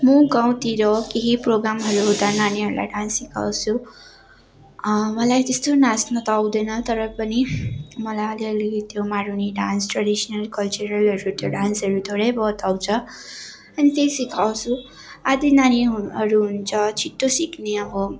म गाउँतिर केही प्रोगामहरू हुँदा नानीहरूलाई डान्स सिकाउँछु मलाई त्यस्तो नाच्न त आउँदैन तर पनि मलाई अलिअलि त्यो मारुनी डान्स ट्रेडिसनल कल्चरलहरू त्यो डान्सहरू थोरै बहुत आउँछ अनि त्यही सिकाउँछु आदि नानीहरू हुन्छ छिट्टो सिक्ने अब